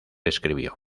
escribió